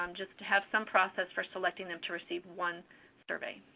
um just have some process for selecting them to receive one survey.